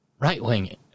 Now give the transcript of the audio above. right-wing